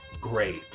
Great